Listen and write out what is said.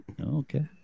Okay